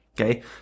Okay